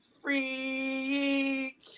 Freak